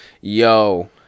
Yo